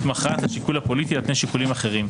מכרעת לשיקול הפוליטי על פני שיקולים אחרים,